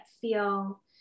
feel